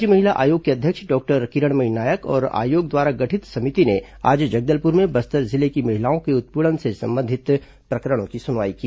राज्य महिला आयोग की अध्यक्ष डॉक्टर किरणमयी नायक और आयोग द्वारा गठित समिति ने आज जगदलपुर में बस्तर जिले की महिलाओं के उत्पीड़न से संबंधित प्रकरणों की सुनवाई की